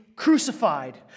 Crucified